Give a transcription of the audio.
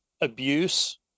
abuse